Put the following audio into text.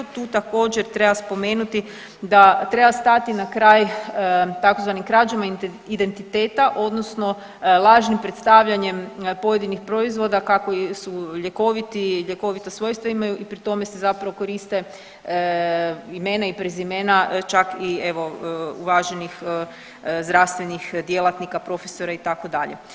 Tu također treba spomenuti da treba stati na kraj tzv. krađama identiteta odnosno lažnim predstavljanjem pojedinih proizvoda kako su ljekoviti, ljekovita svojstva imaju i pri tome se zapravo koriste imena i prezimena čak i evo uvaženih zdravstvenih djelatnika, profesora itd.